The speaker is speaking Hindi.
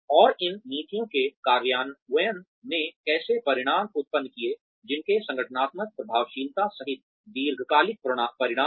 और इन नीतियों के कार्यान्वयन ने कैसे परिणाम उत्पन्न किए जिनके संगठनात्मक प्रभावशीलता सहित दीर्घकालिक परिणाम हैं